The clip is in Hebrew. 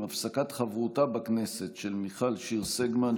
עם הפסקת חברותה בכנסת של מיכל שיר סגמן,